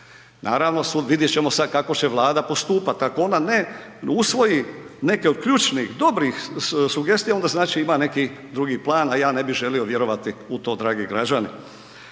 naravno vidjet ćemo sad kako će Vlada postupat, ako ona ne usvoji neke od ključnih dobrih sugestija, onda znači ima neki drugi plan, a ja ne bi želio vjerovati u to dragi građani.